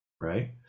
right